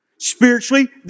Spiritually